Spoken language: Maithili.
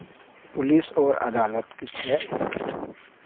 पुलिस आओर अदालतके छै